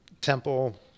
temple